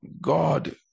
God